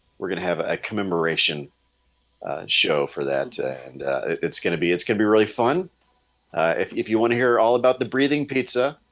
we're gonna have a commemoration show for that and it's gonna be it's gonna be really fun if if you want to hear all about the breathing pizza,